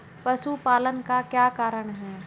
पशुपालन का क्या कारण है?